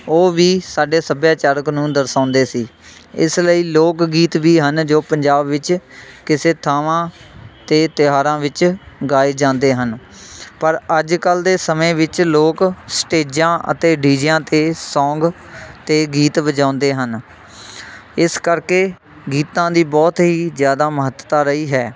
ਉਹ ਵੀ ਸਾਡੇ ਸੱਭਿਆਚਾਰਿਕ ਨੂੰ ਦਰਸਾਉਂਦੇ ਸੀ ਇਸ ਲਈ ਲੋਕ ਗੀਤ ਵੀ ਹਨ ਜੋ ਪੰਜਾਬ ਵਿੱਚ ਕਿਸੇ ਥਾਵਾਂ 'ਤੇ ਤਿਉਹਾਰਾਂ ਵਿੱਚ ਗਾਏ ਜਾਂਦੇ ਹਨ ਪਰ ਅੱਜ ਕੱਲ੍ਹ ਦੇ ਸਮੇਂ ਵਿੱਚ ਲੋਕ ਸਟੇਜਾਂ ਅਤੇ ਡੀਜਿਆਂ 'ਤੇ ਸੌਂਗ ਅਤੇ ਗੀਤ ਵਜਾਉਂਦੇ ਹਨ ਇਸ ਕਰਕੇ ਗੀਤਾਂ ਦੀ ਬਹੁਤ ਹੀ ਜ਼ਿਆਦਾ ਮਹੱਤਤਾ ਰਹੀ ਹੈ